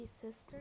sister